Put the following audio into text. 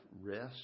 rest